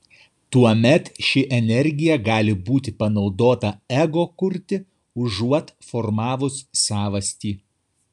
tuomet ši energija gali būti panaudota ego kurti užuot formavus savastį